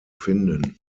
finden